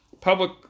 Public